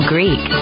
Greek